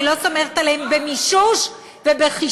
אני לא סומכת עליהם במישוש ובחישוש.